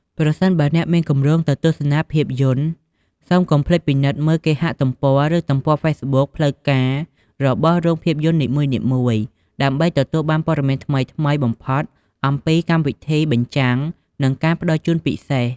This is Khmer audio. ប្រសិនបើអ្នកមានគម្រោងទៅទស្សនាភាពយន្ត សូមកុំភ្លេចពិនិត្យមើលគេហទំព័រ ឬទំព័រហ្វេសប៊ុកផ្លូវការរបស់រោងភាពយន្តនីមួយៗ ដើម្បីទទួលបានព័ត៌មានថ្មីៗបំផុតអំពីកម្មវិធីបញ្ចាំង និងការផ្តល់ជូនពិសេស។